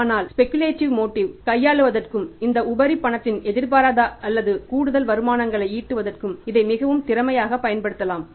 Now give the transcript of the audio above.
ஆனால் speculative motive களை கையாள்வதற்கும் இந்த உபரி பணத்தில் எதிர்பாராத அல்லது கூடுதல் வருமானங்களை ஈட்டுவதற்கும் இதை மிகவும் திறமையாக பயன்படுத்தப்படலாம்